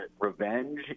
revenge